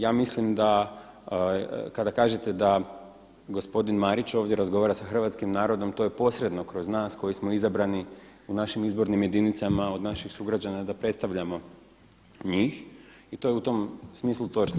Ja mislim kada kažete da gospodin Marić ovdje razgovara sa hrvatskim narodom, to je posredno kroz nas koji smo izabrani u našim izbornim jedinicama, od naših sugrađana da predstavljamo njih i to je u tom smislu točno.